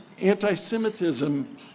anti-Semitism